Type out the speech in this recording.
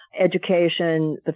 education